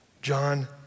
John